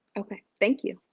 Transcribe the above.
okay, thank you.